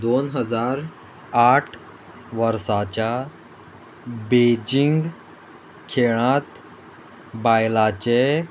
दोन हजार आठ वर्साच्या बेजींग खेळांत बायलांचें